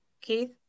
Keith